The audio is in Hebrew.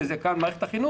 שזה מערכת החינוך.